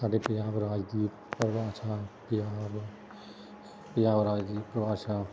ਸਾਡੇ ਪੰਜਾਬ ਰਾਜ ਦੀ ਪਰਿਭਾਸ਼ਾ ਪੰਜਾਬ ਪੰਜਾਬ ਰਾਜ ਦੀ ਪਰਿਭਾਸ਼ਾ